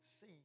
see